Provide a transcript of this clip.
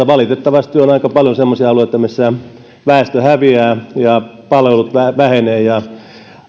valitettavasti on aika paljon semmoisia alueita mistä väestö häviää ja palvelut vähenevät ja